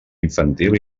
infantil